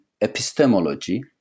epistemology